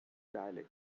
dialect